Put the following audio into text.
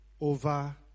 Over